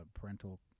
parental